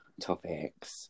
topics